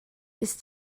ist